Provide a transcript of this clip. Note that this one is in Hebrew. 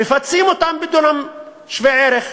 מפצים אותם בדונם שווה-ערך.